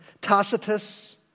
Tacitus